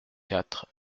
quatre